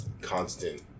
constant